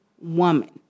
woman